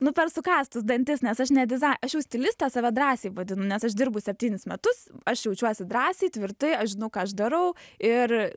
nu per sukąstus dantis nes aš nedizai aš jau stiliste save drąsiai vadinu nes aš dirbu septynis metus aš jaučiuosi drąsiai tvirtai aš žinau ką aš darau ir